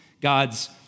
God's